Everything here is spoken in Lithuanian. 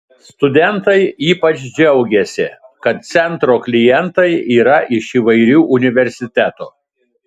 studentai ypač džiaugėsi kad centro klientai yra iš įvairių universitetų